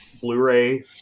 Blu-ray